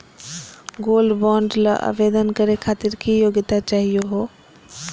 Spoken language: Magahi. गोल्ड बॉन्ड ल आवेदन करे खातीर की योग्यता चाहियो हो?